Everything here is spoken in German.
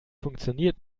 funktioniert